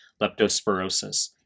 leptospirosis